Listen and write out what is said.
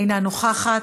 אינה נוכחת,